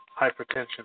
hypertension